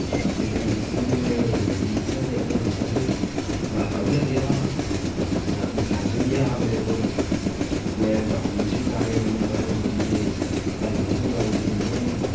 अच्छा फिर में निकली आ फिर निकलेआ ते अग्गै दिक्खेआ कि नाका बी लग्गे दा हा ते लसैंस बी ऐ हा मेरे कोल में डाकूमैंट बी सारे कन्नै पाए दे गड्डी दे हैलमेट बी पाई दी दौनें